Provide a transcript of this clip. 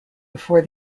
before